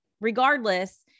regardless